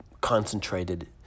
concentrated